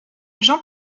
jean